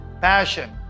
passion